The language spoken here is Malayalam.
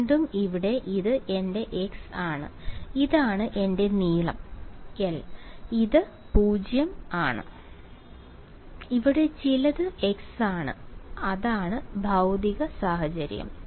വീണ്ടും ഇവിടെ ഇത് എന്റെ x ആണ് ഇതാണ് എന്റെ നീളം l ഇത് 0 ആണ് ഇവിടെ ചിലത് x ആണ് അതാണ് ഭൌതിക സാഹചര്യം